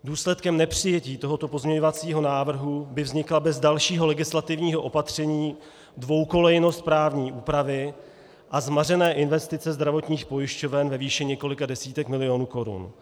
Důsledkem nepřijetí tohoto pozměňovacího návrhu by vznikla bez dalšího legislativního opatření dvoukolejnost právní úpravy a zmařené investice zdravotních pojišťoven ve výši několika desítek milionů korun.